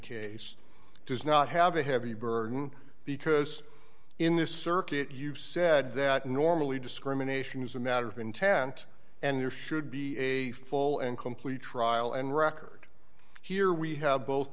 case does not have a heavy burden because in this circuit you've said that normally discrimination is a matter of intent and there should be a full and complete trial and record here we have both